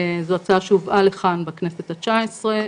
זו הצעה שהובאה לכאן בכנסת ה-19.